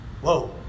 Whoa